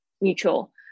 mutual